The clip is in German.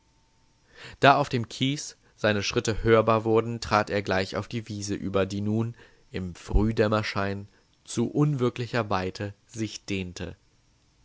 da auf dem kies seine schritte hörbar wurden trat er gleich auf die wiese über die nun im frühdämmerschein zu unwirklicher weite sich dehnte